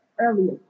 earlier